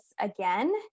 again